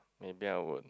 maybe I would